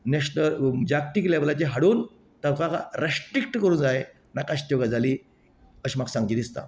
national जागतीक लेवलाचेर हाडून ताका रेस्ट्रीक्ट करुंक जाय नाकाशित्यो गजाली अशें म्हाका सांगचे दिसता